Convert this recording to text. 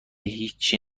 هیچی